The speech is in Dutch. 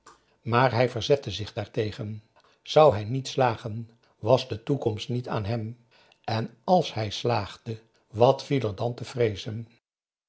maar hij verzette zich daartegen zou hij niet slagen was de toekomst niet aan hem en als hij slaagde wat viel er dan te vreezen